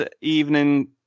evening